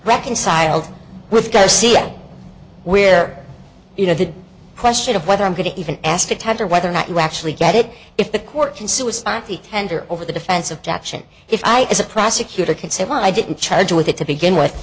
reconciled with go ca where you know the question of whether i'm going to even ask to tender whether or not you actually get it if the court can suicide tender over the defense of jackson if i as a prosecutor can say well i didn't charge you with it to begin with